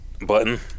button